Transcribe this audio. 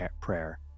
prayer